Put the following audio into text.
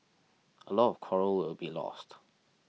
a lot of coral will be lost